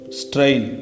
strain